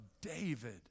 David